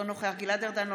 אינו נוכח גלעד ארדן,